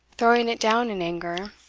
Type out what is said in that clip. throwing it down in anger,